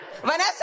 Vanessa